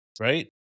right